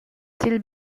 sil